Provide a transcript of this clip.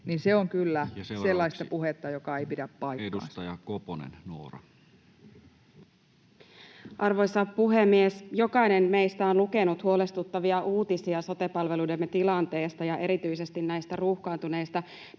se on kyllä sellaista puhetta, joka ei pidä paikkaansa. Näin. — Ja seuraavaksi edustaja Koponen, Noora. Arvoisa puhemies! Jokainen meistä on lukenut huolestuttavia uutisia sote-palveluidemme tilanteesta ja erityisesti näistä ruuhkaantuneista päivystyksistä